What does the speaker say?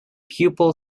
pupil